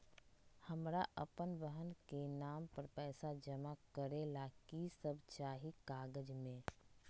हमरा अपन बहन के नाम पर पैसा जमा करे ला कि सब चाहि कागज मे?